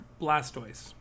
Blastoise